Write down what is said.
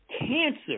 cancer